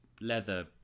leather